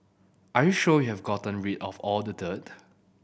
are you sure we have gotten rid of all the dirt